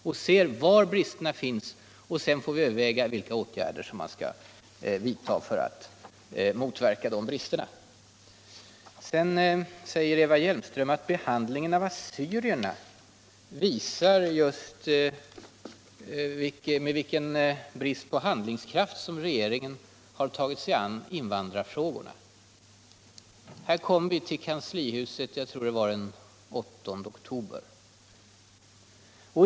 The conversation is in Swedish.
Den skall undersöka var bristerna finns, och sedan får vi överväga vilka åtgärder vi skall vidta för att motverka bristerna. Sedan säger Eva Hjelmström att behandlingen av assyrierna visar med vilken brist på handlingskraft regeringen har tagit sig an invandrarfrågorna. Vi kom till kanslihuset den 8 oktober.